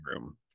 room